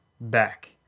back